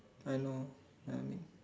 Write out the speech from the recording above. I know ya I mean